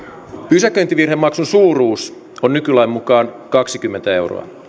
pysäköintivirhemaksun suuruus on nykylain mukaan kaksikymmentä euroa